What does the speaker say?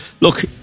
look